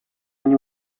они